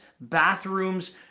bathrooms